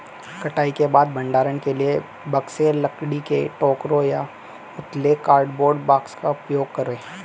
कटाई के बाद भंडारण के लिए बक्से, लकड़ी के टोकरे या उथले कार्डबोर्ड बॉक्स का उपयोग करे